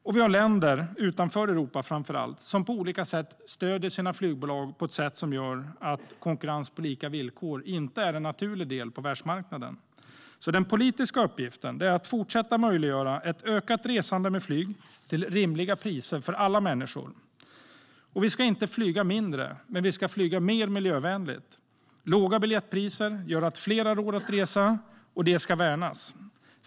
Det finns länder, framför allt utanför Europa, som stöder sina flygbolag på ett sätt som gör att konkurrens på lika villkor inte är en naturlig del på världsmarknaden. Den politiska uppgiften är att fortsätta att möjliggöra ett ökat resande med flyg till rimliga priser för alla människor. Vi ska inte flyga mindre men mer miljövänligt. Låga biljettpriser gör att fler har råd att resa, och det ska värnas.